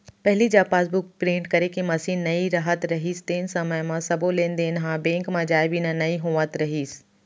पहिली जब passbook print करे के मसीन नइ रहत रहिस तेन समय म सबो लेन देन ह बेंक म जाए बिना नइ होवत रहिस